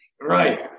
Right